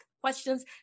questions